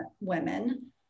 women